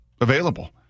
available